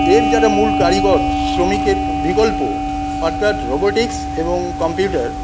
এর যারা মূল কারিগর শ্রমিকের প বিকল্প অর্থাৎ রোবোটিক্স এবং কম্পিউটার